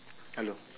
hello